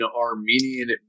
Armenian